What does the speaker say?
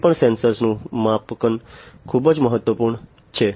કોઈપણ સેન્સર નું માપાંકન ખૂબ મહત્વનું છે